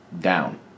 down